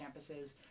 campuses